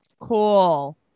cool